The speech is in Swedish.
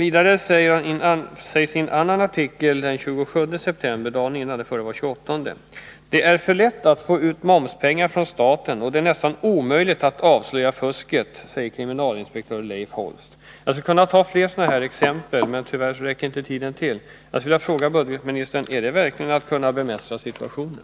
I en annan artikel, den 27 september, heter det: ”Det är för lätt att få ut momspengar från staten och det är nästan omöjligt att avslöja fusket, säger kriminalinspektör Leif Holst.” Jag skulle kunna ta fler sådana exempel, men tyvärr räcker inte tiden till. Jag skulle då vilja fråga ekonomioch budgetministern: Är detta verkligen att kunna bemästra situationen?